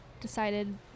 decided